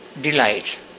Delight